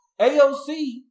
AOC